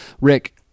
Rick